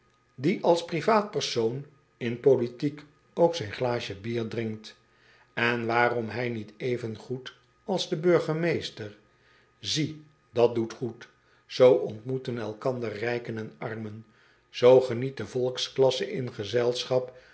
die als privaat persoon in politiek ook zijn glaasje bier drinkt en waarm hij niet even goed als de burgemeester ie dat doet goed oo ontmoeten elkander rijken en armen zoo geniet de volksklasse in gezelschap